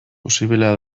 posiblea